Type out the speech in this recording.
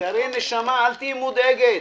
קארין, נשמה, אל תהיי מודאגת.